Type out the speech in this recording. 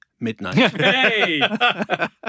Midnight